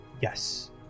yes